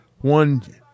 One